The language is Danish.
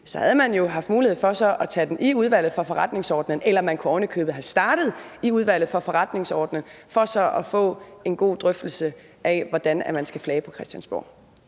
i Præsidiet, haft mulighed for at tage den i Udvalget for Forretningsordenen, eller man kunne ovenikøbet have startet i Udvalget for Forretningsordenen for så at få en god drøftelse af, hvordan man skal flage på Christiansborg.